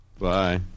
Bye